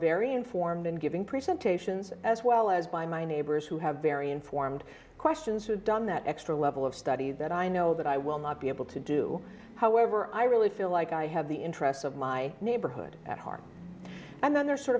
very informed and giving presentations as well as by my neighbors who have very informed questions have done that extra level of study that i know that i will not be able to do however i really feel like i have the interests of my neighborhood at heart and then they're sort